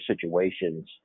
situations